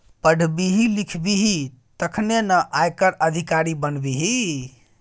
पढ़बिही लिखबिही तखने न आयकर अधिकारी बनबिही